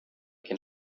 can